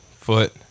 foot